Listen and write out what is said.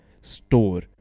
store